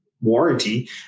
warranty